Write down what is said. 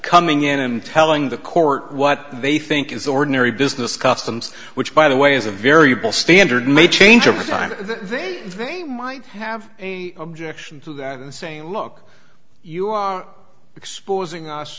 coming in and telling the court what they think is ordinary business customs which by the way is a variable standard may change over time then they might have a objection to that and saying look you are exposing us